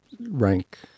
rank